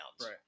right